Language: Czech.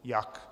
Jak?